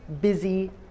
busy